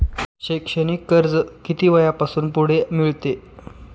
शैक्षणिक कर्ज किती वयापासून पुढे मिळते?